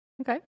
Okay